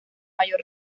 mayor